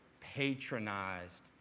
patronized